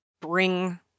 bring